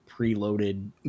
preloaded